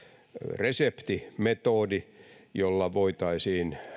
resepti metodi jolla voitaisiin